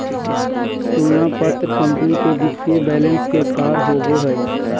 तुलना पत्र कंपनी के वित्तीय बैलेंस के सार होबो हइ